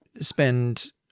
spend